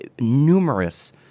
numerous